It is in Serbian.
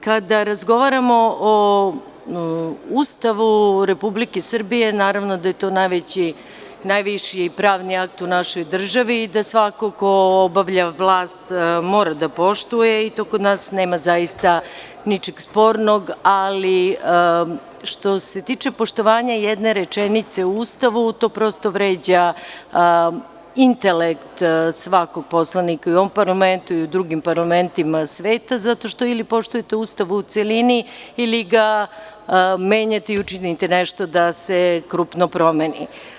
Kada razgovaramo o Ustavu Republike Srbije, naravno da je to najviši pravni akt u našoj državi i da svako ko obavlja vlast mora da poštuje i to kod nas nema zaista ničeg spornog, ali što se tiče poštovanja jedne rečenice u Ustavu, to prosto vređa intelekt svakog poslanika u ovom parlamentu i u drugim parlamentima sveta, zato što, ili poštujete Ustav u celini, ili ga menjate i učinite nešto krupno da se promeni.